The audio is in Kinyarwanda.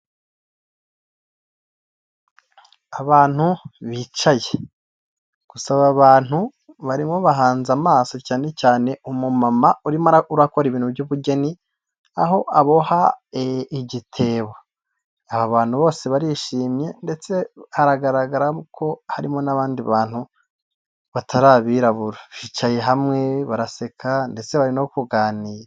Abantu bicaye, gusa aba bantu barimo bahanze amaso cyane cyane umu mama urimo urakora ibintu by'ubugeni, aho aboha igitebo, aba bantu bose barishimye ndetse hagaragara ko harimo n'abandi bantu batari abirabura, bicaye hamwe, baraseka ndetse bari no kuganira.